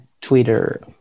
Twitter